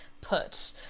put